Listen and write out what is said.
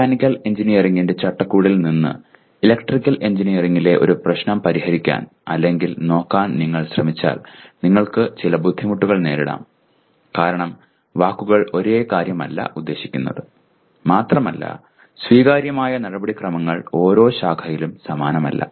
mechanical എഞ്ചിനീയറിംഗിന്റെ ചട്ടക്കൂടിൽ നിന്ന് ഇലക്ട്രിക്കൽ എഞ്ചിനീയറിംഗിലെ ഒരു പ്രശ്നം പരിഹരിക്കാൻ അല്ലെങ്കിൽ നോക്കാൻ നിങ്ങൾ ശ്രമിച്ചാൽ നിങ്ങൾക്ക് ചില ബുദ്ധിമുട്ടുകൾ നേരിടാം കാരണം വാക്കുകൾ ഒരേ കാര്യമല്ല ഉദ്ദേശിക്കുന്നത് മാത്രമല്ല സ്വീകാര്യമായ നടപടിക്രമങ്ങൾ ഓരോ ശാഖയിലും സമാനമല്ല